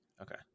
Okay